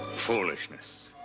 foolishness.